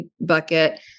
bucket